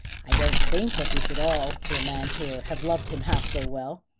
i don't think that we should all, to a man here, have loved him half so well.